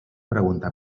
pregunta